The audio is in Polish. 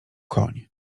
koń